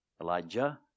Elijah